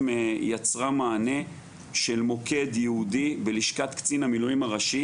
יצרה מענה של מוקד ייעודי בלשכת קצין המילואים הראשי.